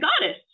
goddess